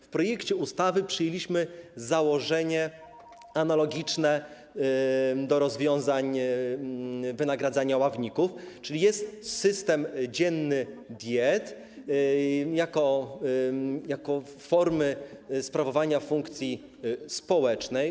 W projekcie ustawy przyjęliśmy założenie analogiczne do rozwiązań, które dotyczą wynagradzania ławników, czyli jest system dzienny diet jako formy sprawowania funkcji społecznej.